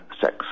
sex